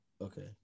Okay